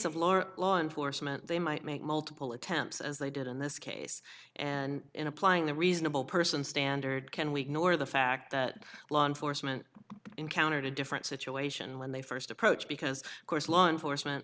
of law or law enforcement they might make multiple attempts as they did in this case and in applying the reasonable person standard can we can or the fact that law enforcement encountered a different situation when they first approach because of course law enforcement